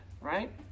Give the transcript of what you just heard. right